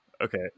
Okay